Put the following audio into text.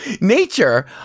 nature